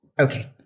Okay